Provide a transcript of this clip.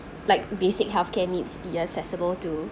like basic healthcare needs be accessible to